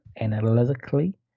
analytically